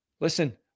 Listen